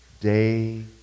day